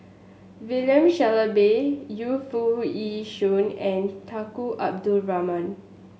William Shellabear Yu Foo Yee Shoon and Tunku Abdul Rahman